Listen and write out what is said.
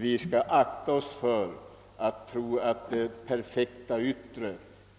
Vi skall akta oss för att tro att ett perfekt yttre